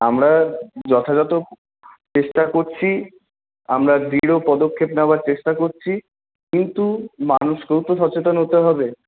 আমরা যথাযথ চেষ্টা করছি আমরা দৃঢ় পদক্ষেপ নেওয়ার চেষ্টা করছি কিন্তু মানুষকেও তো সচেতন হতে হবে